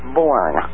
born